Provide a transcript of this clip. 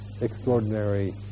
extraordinary